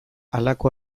halako